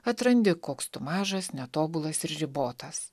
atrandi koks tu mažas netobulas ir ribotas